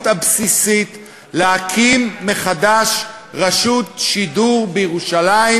הבסיסית להקים מחדש רשות שידור בירושלים,